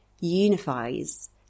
unifies